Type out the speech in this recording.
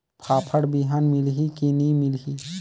फाफण बिहान मिलही की नी मिलही?